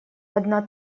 одна